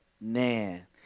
Man